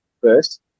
first